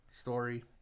story